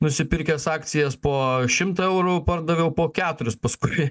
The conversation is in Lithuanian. nusipirkęs akcijas po šimtą eurų pardaviau po keturis paskui